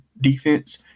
defense